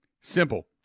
Simple